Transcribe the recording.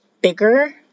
bigger